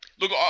Look